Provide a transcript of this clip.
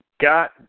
got